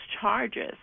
charges